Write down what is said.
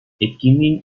etkinliğin